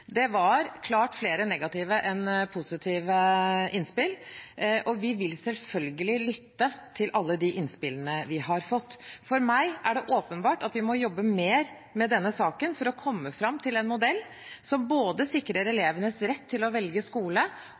Det var klart flere negative enn positive innspill, og vi vil selvfølgelig lytte til alle de innspillene vi har fått. For meg er det åpenbart at vi må jobbe mer med denne saken for å komme fram til en modell som både sikrer elevenes rett til å velge skole,